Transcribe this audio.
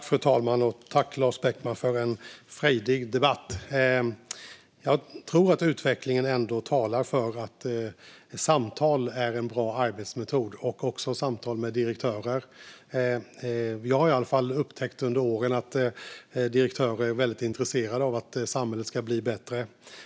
Fru talman! Jag tackar Lars Beckman för en frejdig debatt. Jag tror att utvecklingen ändå talar för att samtal är en bra arbetsmetod, även samtal med direktörer. Jag har i alla fall under åren upptäckt att direktörer är väldigt intresserade av att samhället ska bli bättre.